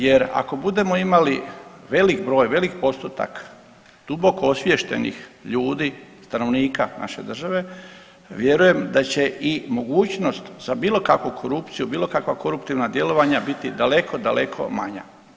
Jer ako budemo imali velik broj, velik postotak duboko osviještenih ljudi, stanovnika naše države vjerujem da će i mogućnost za bilo kakvu korupciju bilo kakva koruptivna djelovanja biti daleko, daleko manja.